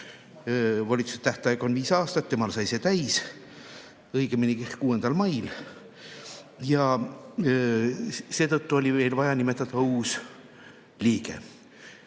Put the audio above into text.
Volituste tähtaeg on viis aastat, temal sai see nüüd täis, õigemini 6. mail, ja seetõttu oli vaja nimetada uus liige.